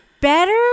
better